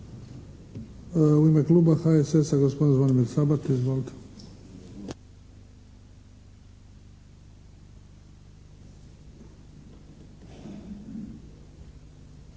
U ime Kluba HSS-a, gospodin Zvonimir Sabati. Izvolite.